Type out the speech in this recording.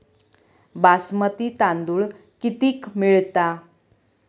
बासमती तांदूळ कितीक मिळता?